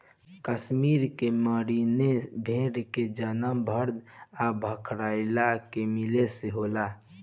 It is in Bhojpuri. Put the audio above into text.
कश्मीर के मेरीनो भेड़ के जन्म भद्दी आ भकरवाल के मिले से होला